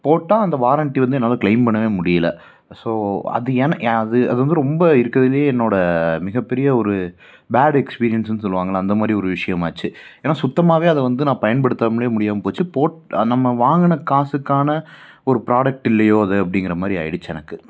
போட்டால் அந்த வாரண்ட்டி வந்து என்னால் கிளைம் பண்ணவே முடியல ஸோ அது ஏன்னு ஏ அது அது வந்து ரொம்ப இருக்கிறதுலயே என்னோடய மிகப்பெரிய ஒரு பேடு எக்ஸ்பீரியன்ஸுன் சொல்லுவாங்கள அந்த மாதிரி ஒரு விஷயம் ஆச்சு ஏன்னா சுத்தமாவே அதை வந்து நான் பயன்படுத்தாமலே முடியாமல் போய்ச்சு போட் நம்ம வாங்கின காசுக்கான ஒரு ப்ராடெக்ட் இல்லையோ அது அப்படிங்கிற மாதிரி ஆகிடுச்சு எனக்கு